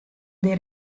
the